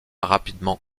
rapidement